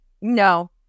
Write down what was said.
no